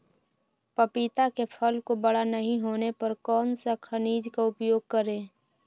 पपीता के फल को बड़ा नहीं होने पर कौन सा खनिज का उपयोग करें?